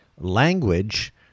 language